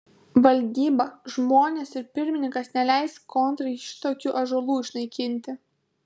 valdyba žmonės ir pirmininkas neleis kontrai šitokių ąžuolų išnaikinti